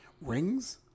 Rings